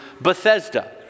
Bethesda